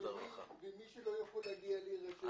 ומי שלא יכול להגיע להירשם?